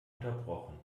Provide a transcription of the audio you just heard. unterbrochen